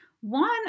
One